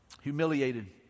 humiliated